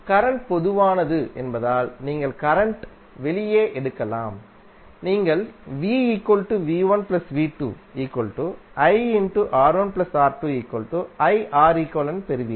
current பொதுவானது என்பதால் நீங்கள் கரண்ட் வெளியே எடுக்கலாம் நீங்கள் பெறுவீர்கள்